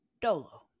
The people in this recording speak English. Dolo